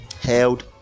held